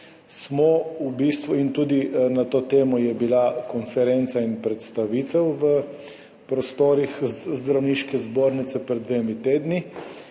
več jih je – in tudi na to temo je bila konferenca in predstavitev v prostorih Zdravniške zbornice pred dvema tednoma